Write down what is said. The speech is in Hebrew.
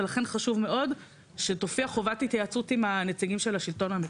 ולכן חשוב מאוד שתופיע חובת התייעצות עם הנציגים של השלטון המקומי.